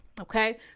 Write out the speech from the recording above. Okay